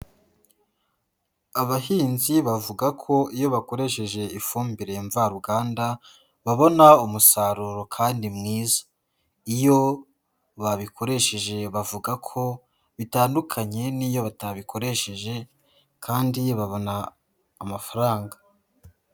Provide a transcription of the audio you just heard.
Abahinzi bavuga ko iyo bakoresheje ifumbire mvaruganda babona umusaruro kandi mwiza, iyo babikoresheje bavuga ko bitandukanye n'iyo batabikoresheje kandi babona amafaranga.